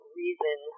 reason